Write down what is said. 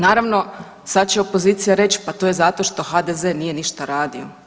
Naravno, sad će opozicija reći pa to je zato što HDZ nije ništa radio.